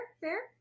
fair